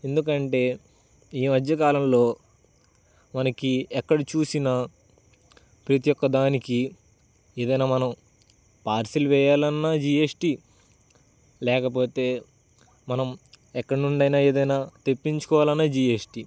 ఎందుకు అంటే ఈ మధ్య కాలంలో మనకి ఎక్కడ చూసినా ప్రతి ఒక్కదానికి ఏదైనా మనం పార్సిల్ వేయాలి అన్నా జీ ఎస్ టీ లేకపోతే మనం ఎక్కడి నుండి అయినా ఏదైనా తెప్పించుకోవాలి అన్నా జీ ఎస్ టీ